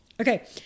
Okay